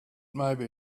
maybe